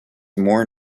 more